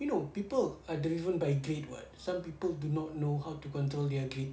you know people are driven by greed [what] some people do not know how to control their greed